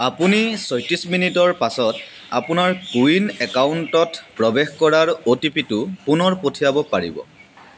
আপুনি ছয়ত্ৰিছ মিনিটৰ পাছত আপোনাৰ কো ৱিন একাউণ্টত প্ৰৱেশ কৰাৰ অ' টি পি টো পুনৰ পঠিয়াব পাৰিব